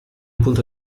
punto